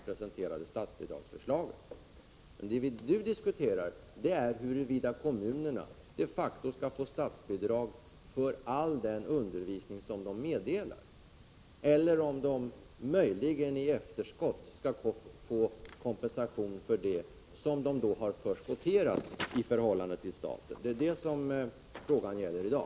Men vad vi nu diskuterar är huruvida kommunerna redan från början skall få statsbidrag för all den undervisning som kommunerna de facto meddelar eller om de möjligen i efterskott skall få kompensation för medel som de har förskotterat i statens ställe. Det är det som frågan gäller i dag.